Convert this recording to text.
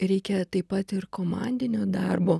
reikia taip pat ir komandinio darbo